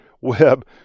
Web